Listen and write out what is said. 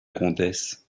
comtesse